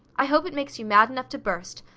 i hope it makes you mad enough to burst.